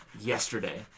yesterday